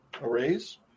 Arrays